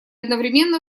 одновременно